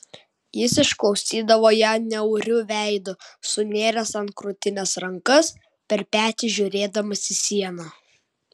jis išklausydavo ją niauriu veidu sunėręs ant krūtinės rankas per petį žiūrėdamas į sieną